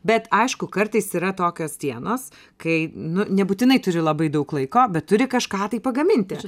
bet aišku kartais yra tokios dienos kai nu nebūtinai turi labai daug laiko bet turi kažką tai pagaminti